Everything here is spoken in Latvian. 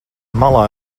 malā